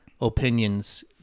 opinions